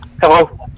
Hello